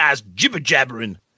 jibber-jabbering